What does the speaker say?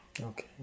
Okay